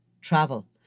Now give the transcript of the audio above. travel